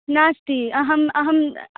नास्ति अहम् अहं